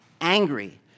angry